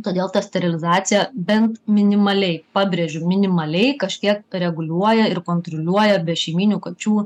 todėl ta sterilizacija bent minimaliai pabrėžiu minimaliai kažkiek reguliuoja ir kontroliuoja bešeimynių kačių